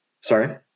sorry